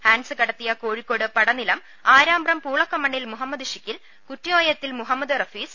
Hans കടത്തിയ കോഴിക്കോട് പടനിലം ആരാമ്പ്രം പൂളക്കമണ്ണിൽ മുഹമ്മദ് ഷിക്കിൽ കുറ്റിയോയത്തിൽ മുഹമ്മദ് റഹീസ്